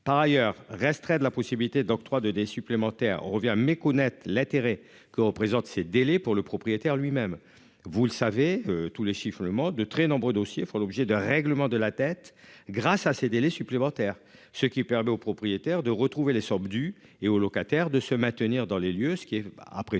par ailleurs resterait de la possibilité d'octroi de des supplémentaires, on revient à méconnaître l'intérêt que représente ces délais pour le propriétaire, lui-même, vous le savez, tous les chiffres le mode de très nombreux dossiers font l'objet de règlement de la tête grâce à ces délais supplémentaires, ce qui permet aux propriétaires de retrouver les sommes dues et aux locataires de se maintenir dans les lieux, ce qui est après tout